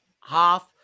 half